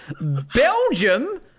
Belgium